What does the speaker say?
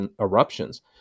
eruptions